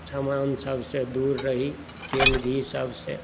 सामान सभसँ दूर रही तेल घी सभसँ